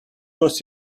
was